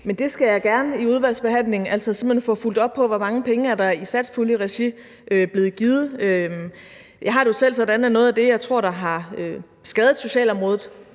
Men det skal jeg gerne gøre i udvalgsbehandlingen, altså simpelt hen få fulgt op på, hvor mange penge der i satspuljeregi er blevet givet. Jeg har det jo selv sådan, at noget af det, jeg tror har skadet socialområdet